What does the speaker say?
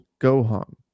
Gohan